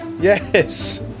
Yes